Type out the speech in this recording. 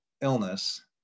illness